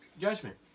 judgment